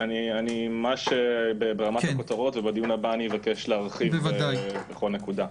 אדבר ממש ברמת הכותרות ובדיון הבא אבקש להרחיב בכל נקודה.